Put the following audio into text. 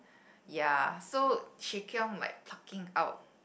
ya so she keep on like plucking out